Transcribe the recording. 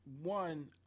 one